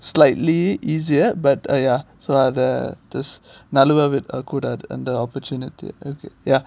slightly easier but uh ya so uh the அத நழுவ விட கூடாது அந்த:adha naluva vida koodathu andha and the opportunity okay ya